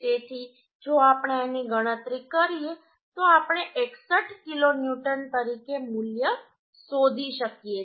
તેથી જો આપણે આની ગણતરી કરીએ તો આપણે 61 કિલોન્યુટન તરીકે મૂલ્ય શોધી શકીએ છીએ